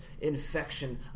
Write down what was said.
infection